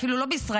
אפילו לא בישראל,